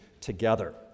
together